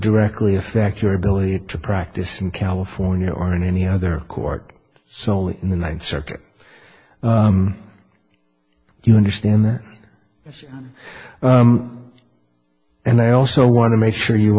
directly affect your ability to practice in california or in any other court so in the ninth circuit you understand that and i also want to make sure you